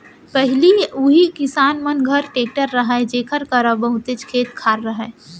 पहिली उही किसान मन घर टेक्टर रहय जेकर करा बहुतेच खेत खार रहय